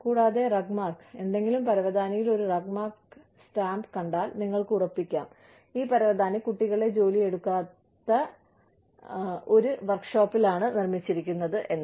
കൂടാതെ RUGMARK ഏതെങ്കിലും പരവതാനിയിൽ ഒരു RUGMARK സ്റ്റാമ്പ് കണ്ടാൽ നിങ്ങൾക്ക് ഉറപ്പിക്കാം ഈ പരവതാനി കുട്ടികളെ ജോലിക്കെടുക്കാത്ത ഒരു വർക്ക്ഷോപ്പിലാണ് നിർമ്മിച്ചിരിക്കുന്നത് എന്ന്